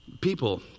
People